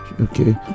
okay